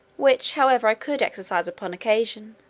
which, however, i could exercise upon occasion,